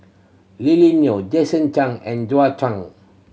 Lily Neo Jason Chan and Zhou Chan